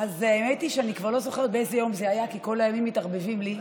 ראיתי שאני כבר לא זוכרת באיזה יום זה היה כי כל הימים מתערבבים לי,